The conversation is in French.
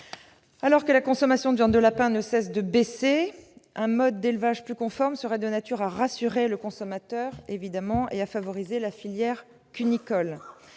Alors que la consommation de viande de lapin ne cesse de baisser, un mode d'élevage plus conforme au bien-être animal serait de nature à rassurer le consommateur et à favoriser la filière cunicole.